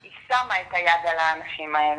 היא שמה את היד על האנשים האלה.